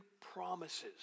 promises